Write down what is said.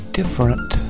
different